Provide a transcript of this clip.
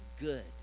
good